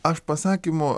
aš pasakymu